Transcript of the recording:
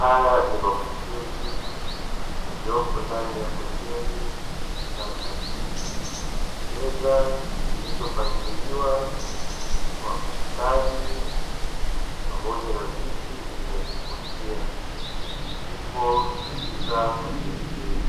Haya ni mapokezi yaliyopo ndani ya hoteli ya kisasa, meza zilizopangiliwa kwa ustadi pamoja na viti vyenye kuvutia vipo katika hoteli hii